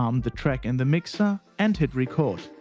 um the track in the mixer and hit record.